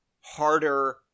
harder